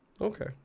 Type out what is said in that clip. okay